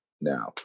now